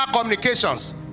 communications